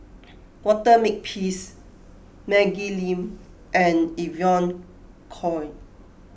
Walter Makepeace Maggie Lim and Evon Kow